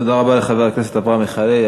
תודה רבה לחבר הכנסת אברהם מיכאלי.